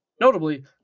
notably